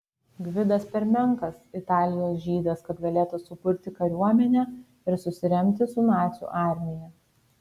gvidas per menkas italijos žydas kad galėtų suburti kariuomenę ir susiremti su nacių armija